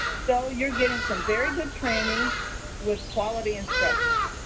so you're getting some very good training with quality instructions.